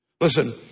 listen